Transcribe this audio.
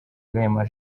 gahima